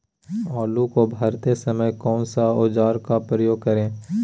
आलू को भरते समय कौन सा औजार का प्रयोग करें?